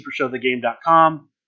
Supershowthegame.com